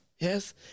yes